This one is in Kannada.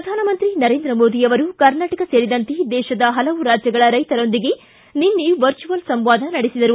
ಪ್ರಧಾನಮಂತ್ರಿ ನರೇಂದ್ರ ಮೋದಿ ಆವರು ಕರ್ನಾಟಕ ಸೇರಿದಂತೆ ದೇಶದ ಹಲವು ರಾಜ್ಯಗಳ ರೈಶರೊಂದಿಗೆ ಇದೇ ವೇಳೆ ವರ್ಚುಲ್ ಸಂವಾದ ನಡೆಸಿದರು